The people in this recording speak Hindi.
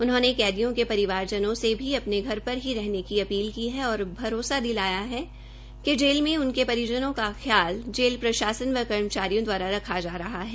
उन्होंने कैदियों के परिवारजनों से भी अपने घर पर रहने की अपील है कि और भरोसा दिलाया कि जेल में उनके परिजनों का ख्याल जेल प्रशासन व कर्मचारियों दवारा रखा जा रहा है